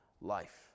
life